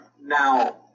Now